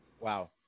wow